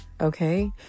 okay